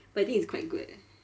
but I think it's quite good eh